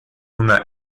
una